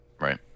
Right